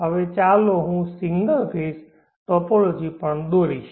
હવે ચાલો હું સિંગલ ફેઝ ટોપોલોજી પણ દોરીશ